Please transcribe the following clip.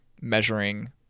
measuring